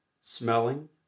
smelling